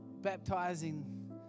baptizing